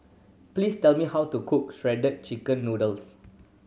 please tell me how to cook Shredded Chicken Noodles